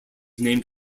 named